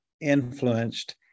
influenced